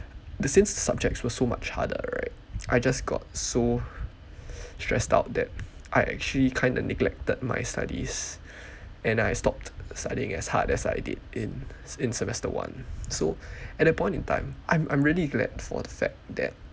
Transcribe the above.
the same subjects was so much harder right I just got so stressed out that I actually kind of neglected my studies and I stopped studying as hard as I did in in semester one so at that point in time I'm I'm really glad for the fact that